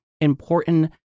important